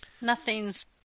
Nothing's